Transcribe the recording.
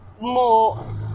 more